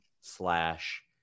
slash